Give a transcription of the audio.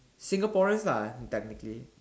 Singaporeans are technically